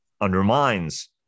undermines